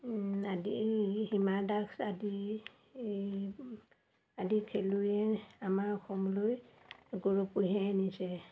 আদি হীমা দাস আদি আদি খেলুৱৈয়ে আমাৰ অসমলৈ গৌৰৱ কঢ়িয়াই আনিছে